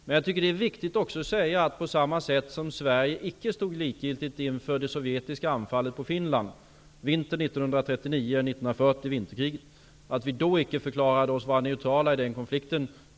Men jag tycker att det är viktigt att också säga att Sverige icke stod likgiltigt inför det sovjetiska anfallet mot Finland vintern 1939--1940, det s.k. vinterkriget, och att vi då icke förklarade oss neutrala i den konflikten.